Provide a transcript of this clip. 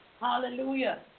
Hallelujah